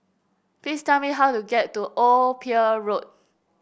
please tell me how to get to Old Pier Road